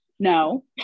no